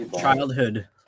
childhood